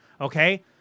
okay